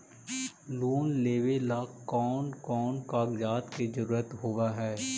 Loan लेबे ला कौन कौन कागजात के जरुरत होबे है?